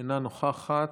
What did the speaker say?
אינה נוכחת,